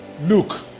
look